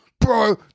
Bro